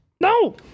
No